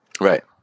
Right